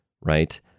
right